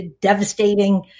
devastating